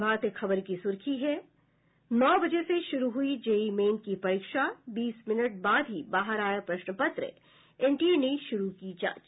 प्रभात खबर की सुर्खी है नौ बजे से शुरू हुई जेईई मेन की परीक्षा बीस मिनट बाद ही बाहर आया प्रश्न पत्र एनटीए ने शुरू की जांच